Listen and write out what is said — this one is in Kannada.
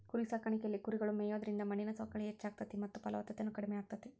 ಕುರಿಸಾಕಾಣಿಕೆಯಲ್ಲಿ ಕುರಿಗಳು ಮೇಯೋದ್ರಿಂದ ಮಣ್ಣಿನ ಸವಕಳಿ ಹೆಚ್ಚಾಗ್ತೇತಿ ಮತ್ತ ಫಲವತ್ತತೆನು ಕಡಿಮೆ ಆಗ್ತೇತಿ